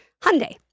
Hyundai